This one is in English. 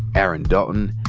aaron dalton,